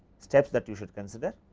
steps that you should consider,